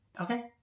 Okay